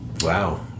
Wow